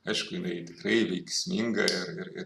aišku jinai tikrai veiksminga ir ir ir